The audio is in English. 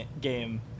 game